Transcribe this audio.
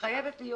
חייבת להיות